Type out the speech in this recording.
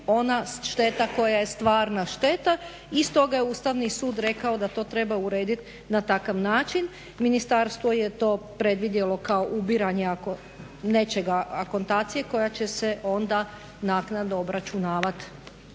ona šteta koja je stvarna šteta i stoga je ustavni sud rekao da to treba urediti na takav način. Ministarstvo je to predvidjelo kao ubiranje akontacije koja će se onda naknadno obračunavat